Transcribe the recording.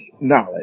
knowledge